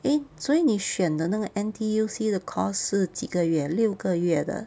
eh 所以你选的那个 N_T_U_C 的 course 是几个月六个月的